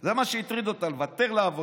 זה מה שהטריד אותה, לוותר על העבודה.